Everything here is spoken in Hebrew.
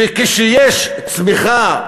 וכשיש צמיחה,